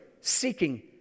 seeking